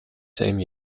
same